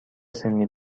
سنی